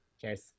cheers